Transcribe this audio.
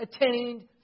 attained